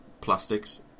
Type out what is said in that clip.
Plastics